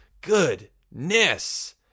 Goodness